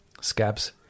Scabs